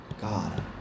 God